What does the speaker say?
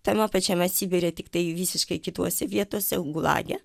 tame pačiame sibire tiktai visiškai kituose vietose gulage